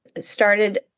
started